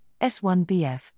S1BF